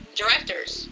directors